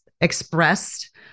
expressed